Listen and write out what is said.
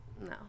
no